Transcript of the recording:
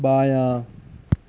بایاں